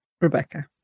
Rebecca